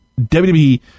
WWE